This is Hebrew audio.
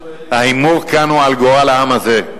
ההימור כאן הוא על גורל העם הזה.